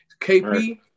KP